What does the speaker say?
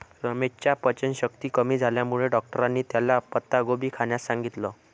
रमेशच्या पचनशक्ती कमी झाल्यामुळे डॉक्टरांनी त्याला पत्ताकोबी खाण्यास सांगितलं